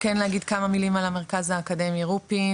כמה מילים על המרכז האקדמי רופין?